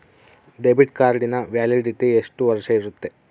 Debit ಕಾರ್ಡಿನ validity ಎಷ್ಟು ವರ್ಷ ಇರುತ್ತೆ?